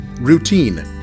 routine